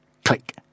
Click